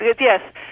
yes